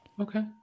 Okay